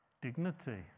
Dignity